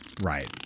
Right